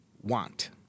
want